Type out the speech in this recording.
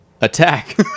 Attack